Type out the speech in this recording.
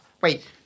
Wait